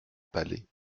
palais